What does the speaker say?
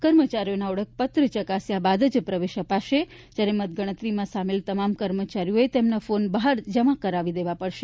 કર્મચારીઓના ઓળખપત્ર ચકાસ્યા બાદ જ પ્રવેશ અપાશે જ્યારે મતગણતરીમાં સામેલ તમામ કર્મચારીઓએ તેમના ફોન બહાર જમા કરાવી દેવા પડશે